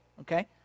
okay